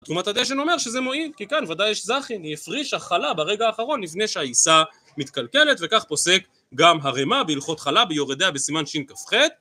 תרומת הדשן אומר שזה מועיל, כי כאן ודאי יש זכין, היא הפרישה חלה ברגע האחרון, לפני שהעיסה מתקלקלת וכך פוסק גם הרמ"ה בהלכות חלה ביורה דעה בסימן שכ"ח